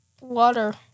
Water